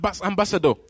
ambassador